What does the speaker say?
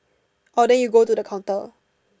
orh then you go to the counter